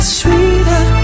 sweeter